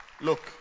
look